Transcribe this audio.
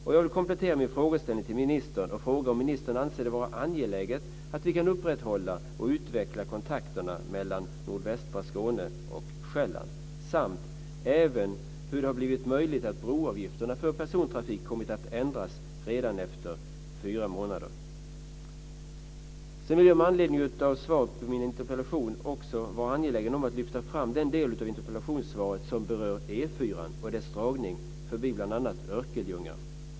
Jag vill komplettera min frågeställning med att fråga om ministern anser det vara angeläget att vi kan upprätthålla och utveckla kontakterna mellan nordvästra Skåne och Sjælland. Jag undrar också hur det blivit möjligt att redan efter fyra månader ändra broavgifterna för persontrafik. Sedan är jag med anledning av svaret på min interpellation också angelägen om att lyfta fram den del av interpellationssvaret som berör E 4:an och dess dragning förbi bl.a. Örkelljunga.